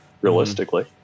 realistically